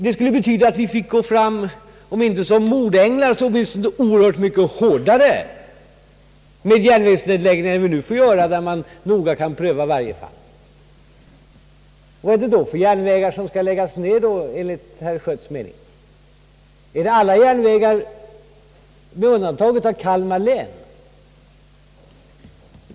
Det skulle betyda att vi fick gå fram om inte såsom mordänglar, så åtminstone oerhört mycket hårdare med järnvägsnedläggningar än vi nu gör, när vi kan pröva varje fall. Vilka järnvägar skall då läggas ned, enligt herr Schötts mening? är det alla järnvägar med undantag av dem i Kalmar län?